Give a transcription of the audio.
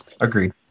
agreed